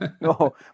No